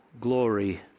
glory